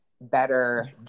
better